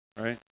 right